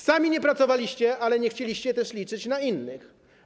Sami nie pracowaliście, ale nie chcieliście też liczyć na innych.